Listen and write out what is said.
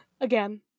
Again